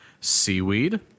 seaweed